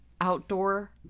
outdoor